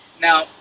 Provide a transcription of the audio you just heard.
Now